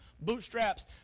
bootstraps